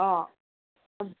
অঁ